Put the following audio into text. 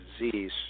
disease